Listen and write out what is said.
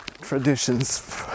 traditions